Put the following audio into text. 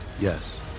Yes